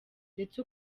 ndetse